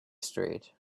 street